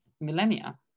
millennia